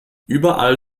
überall